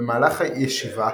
במהלך ישיבה